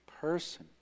person